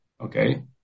okay